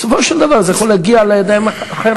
בסופו של דבר זה יכול להגיע לידיים אחרות.